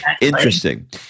Interesting